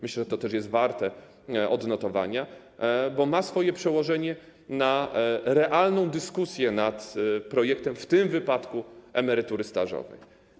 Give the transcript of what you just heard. Myślę, że to też jest warte odnotowania, bo ma swoje przełożenie na realną dyskusję nad projektem w tym wypadku emerytury stażowej.